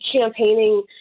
campaigning